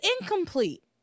incomplete